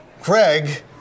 Craig